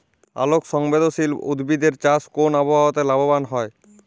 আলোক সংবেদশীল উদ্ভিদ এর চাষ কোন আবহাওয়াতে লাভবান হয়?